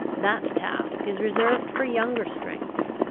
that task is reserved for younger strengths,